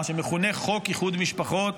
מה שמכונה חוק איחוד משפחות,